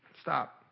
stop